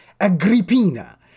Agrippina